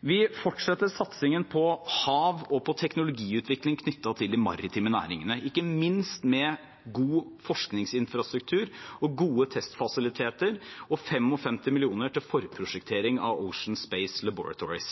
Vi fortsetter satsingen på hav og på teknologiutvikling knyttet til de maritime næringene, ikke minst med god forskningsinfrastruktur og gode testfasiliteter og 55 mill. kr til forprosjektering av Ocean Space Laboratories.